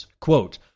Quote